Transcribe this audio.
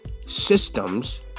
systems